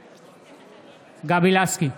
בעד גבי לסקי,